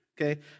okay